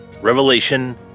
Revelation